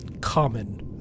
common